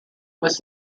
was